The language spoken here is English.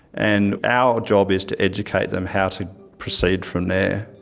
and our job is to educate them how to proceed from there.